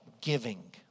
giving